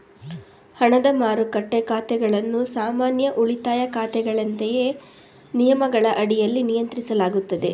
ಹಣದ ಮಾರುಕಟ್ಟೆ ಖಾತೆಗಳನ್ನು ಸಾಮಾನ್ಯ ಉಳಿತಾಯ ಖಾತೆಗಳಂತೆಯೇ ನಿಯಮಗಳ ಅಡಿಯಲ್ಲಿ ನಿಯಂತ್ರಿಸಲಾಗುತ್ತದೆ